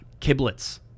Kiblets